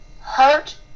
hurt